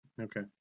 okay